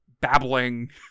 babbling